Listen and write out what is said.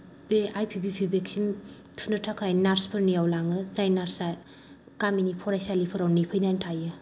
बे IPV vaccine थुनो थाखाय नार्स फोरनियाव लाङो जाय नार्स आ गामिनि फराइसालिफोराव नेफैनानै थायो